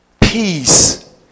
peace